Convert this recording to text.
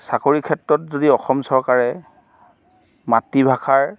চাকৰি ক্ষেত্ৰত যদি অসম চৰকাৰে মাতৃভাষাৰ